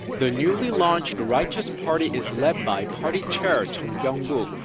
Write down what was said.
the newly-launched righteous party is led by party chair choung byoung-gug,